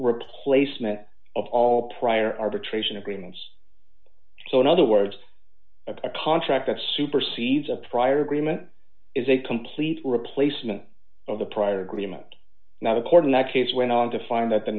replacement of all prior arbitration agreements so in other words a contract that supersedes a prior agreement is a complete replacement of the prior agreement not according that case went on to find that the